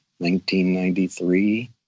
1993